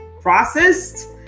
processed